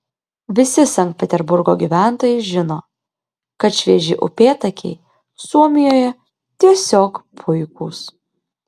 visi sankt peterburgo gyventojai žino kad švieži upėtakiai suomijoje tiesiog puikūs